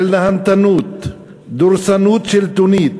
נהנתנות, דורסנות שלטונית,